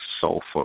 sulfur